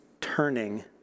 turning